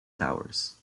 towers